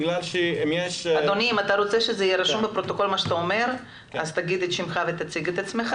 בגלל ש- -- אם אתה רוצה שדברייך יירשמו אתה צריך להציג את עצמך.